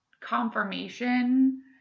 confirmation